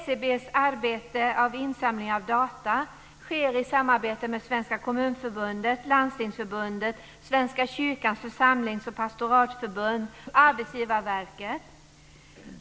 SCB:s arbete med insamling av data sker i samarbete med Svenska Kommunförbundet, Landstingsförbundet, Svenska kyrkans Församlings och pastoratförbund samt Arbetsgivarverket.